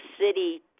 City